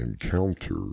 encounter